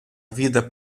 vida